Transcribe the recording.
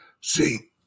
See